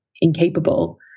incapable